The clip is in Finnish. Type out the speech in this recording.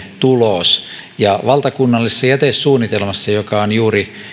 tulos valtakunnallisessa jätesuunnitelmassa joka on juuri